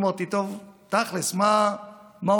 אמרתי, טוב, תכל'ס, מה עושים?